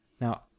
Now